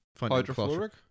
Hydrofluoric